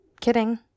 Kidding